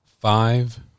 Five